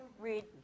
Read